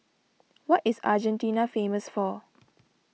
what is Argentina famous for